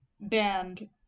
band